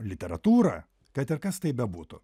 literatūrą kad ir kas tai bebūtų